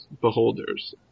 beholders